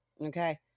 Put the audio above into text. Okay